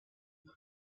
амар